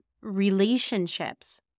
relationships